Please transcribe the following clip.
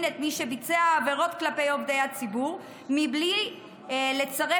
את מי שביצע עבירות כלפי עובדי הציבור בלי לצרף